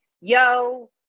yo